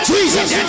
Jesus